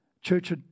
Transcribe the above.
church